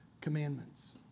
commandments